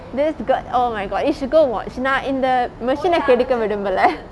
this god oh my god you should go watch நா இந்த:naa intha machine ன கெடுக்க விரும்பலே:ne kedukka virumbale